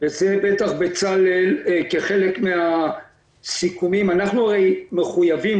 וזה בטח בצלאל כחלק מהסיכומים --- אנחנו הרי מחויבים,